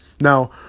now